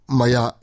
maya